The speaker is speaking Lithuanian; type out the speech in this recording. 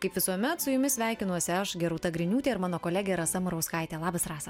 kaip visuomet su jumis sveikinuosi aš gerūta griniūtė ir mano kolegė rasa murauskaitė labas rasa